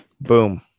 Boom